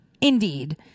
Indeed